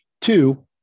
Two